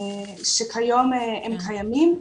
שכיום הם קיימים,